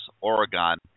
Oregon